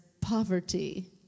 poverty